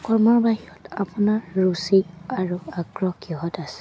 কৰ্মৰ বাহিৰত আপোনাৰ ৰুচি আৰু আগ্ৰহ কিহত আছে